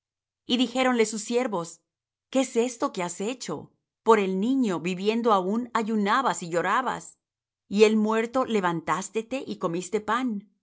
y dijéronle sus siervos qué es esto que has hecho por el niño viviendo aún ayunabas y llorabas y él muerto levantástete y comiste pan